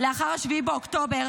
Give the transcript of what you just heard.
לאחר 7 באוקטובר,